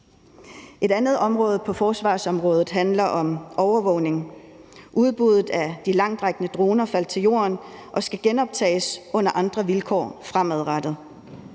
Et andet område på forsvarsområdet handler om overvågning. Udbuddet af de langtrækkende droner faldt til jorden, og det skal genoptages under andre vilkår fremadrettet.